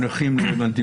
את המונחים לא הבנתי.